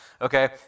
okay